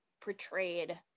portrayed